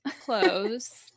clothes